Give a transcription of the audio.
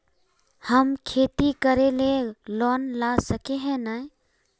हम खेती करे ले लोन ला सके है नय?